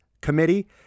Committee